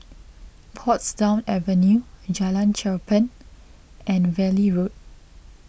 Portsdown Avenue Jalan Cherpen and Valley Road